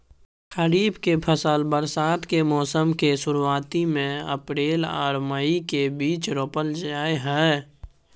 खरीफ के फसल बरसात के मौसम के शुरुआती में अप्रैल आर मई के बीच रोपल जाय हय